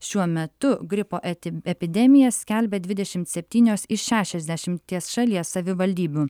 šiuo metu gripo eti epidemiją skelbia dvidešimt septynios iš šešiasdešimties šalies savivaldybių